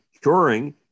curing